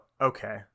okay